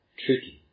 tricky